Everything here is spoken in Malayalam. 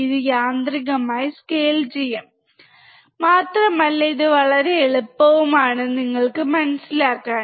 ഇത് യാന്ത്രികമായി സ്കെയിൽ ചെയ്യും മാത്രമല്ല ഇത് വളരെ എളുപ്പവുമാണ്നിങ്ങൾ മനസ്സിലാക്കാൻ